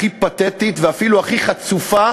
הכי פתטית ואפילו הכי חצופה